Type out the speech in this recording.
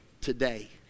today